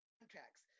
contracts